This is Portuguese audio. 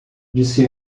disse